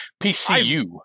PCU